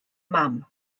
mam